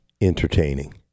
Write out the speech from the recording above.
entertaining